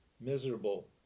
miserable